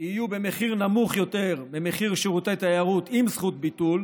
יהיו במחיר נמוך יותר ממחיר שירותי תיירות עם זכות ביטול,